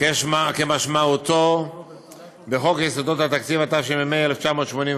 כמשמעותו בחוק יסודות התקציב, התשמ"ה 1985,